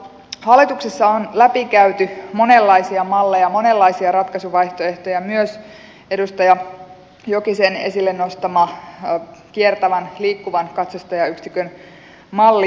hallituksessa on läpikäyty monenlaisia malleja monenlaisia ratkaisuvaihtoehtoja myös edustaja jokisen esille nostama kiertävän liikkuvan katsastajayksikön malli